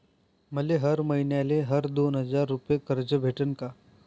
मले हर मईन्याले हर दोन हजार रुपये कर्ज भेटन का?